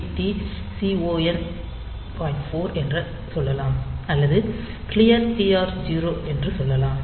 4 என சொல்லலாம் அல்லது க்ளியர் TR0 என்று சொல்லலாம்